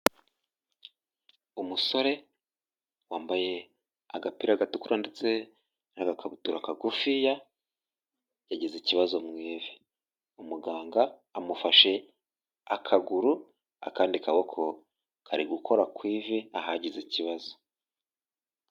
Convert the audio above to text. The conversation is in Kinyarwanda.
Umusore wambaye agapira gatukura ndetse n'agakabutura kagufiya, yagize ikibazo mu ivi. Umuganga amufashe akaguru, akandi kaboko kari gukora ku ivi, ahagize ikibazo.